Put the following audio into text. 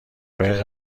های